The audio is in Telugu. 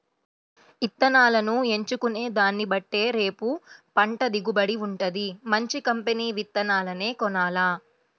ఇత్తనాలను ఎంచుకునే దాన్నిబట్టే రేపు పంట దిగుబడి వుంటది, మంచి కంపెనీ విత్తనాలనే కొనాల